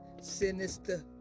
sinister